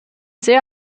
sehr